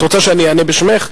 את רוצה שאני אענה בשמך?